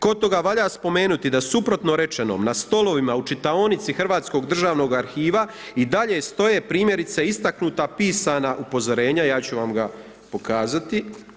Kod toga valja spomenuti da suprotno rečenom na stolovima u čitaonici Hrvatskog državnog arhiva i dalje stoje primjerice istaknuta pisana upozorena, ja ću vam ga pokazati.